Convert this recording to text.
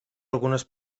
algunes